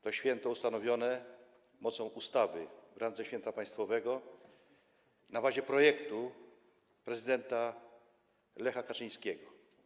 To święto ustanowione mocą ustawy w randze święta państwowego na bazie projektu prezydenta Lecha Kaczyńskiego.